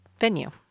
venue